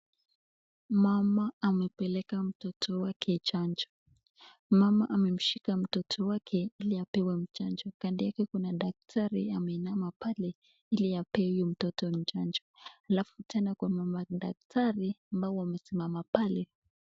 Mama amepeleka mtoto wake chanjo mama amemshika mtoto wake ili apewe chanjo. Kando yake kuna daktari ameinama pale ili ape mtoto huyu chanjo. Alafu tena kuna madaktari ambao wamesimama pale.